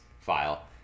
file